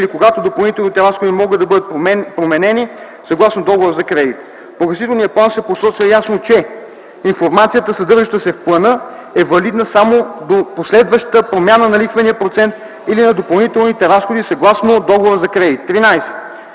или когато допълнителните разходи могат да бъдат променени съгласно договора за кредит, в погасителния план се посочва ясно, че информацията, съдържаща се в плана, е валидна само до последваща промяна на лихвения процент или на допълнителните разходи съгласно договора за кредит;